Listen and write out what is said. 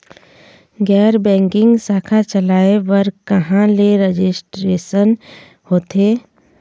गैर बैंकिंग शाखा चलाए बर कहां ले रजिस्ट्रेशन होथे?